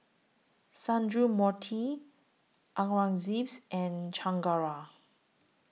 Sundramoorthy Aurangzeb and Chengara